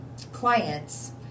clients